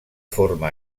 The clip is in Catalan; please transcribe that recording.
forma